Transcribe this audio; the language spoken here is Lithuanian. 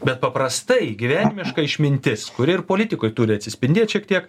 bet paprastai gyvenimiška išmintis kuri ir politikoj turi atsispindėt šiek tiek